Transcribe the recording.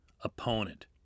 opponent